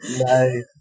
no